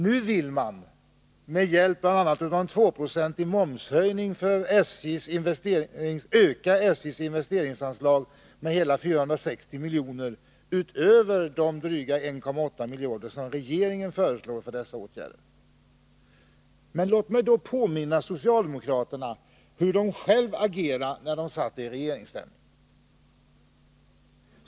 Nu vill man med hjälp av bl.a. en 2-procentig momshöjning öka SJ:s investeringsanslag med hela 460 miljoner utöver de dryga 1,8 miljarder som regeringen föreslår för dessa åtgärder. Men låt mig då påminna socialdemokraterna om hur de själva agerade, när de satt i regeringsställning.